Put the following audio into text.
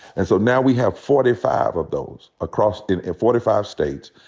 and so now we have forty five of those across in and forty five states.